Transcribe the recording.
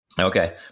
Okay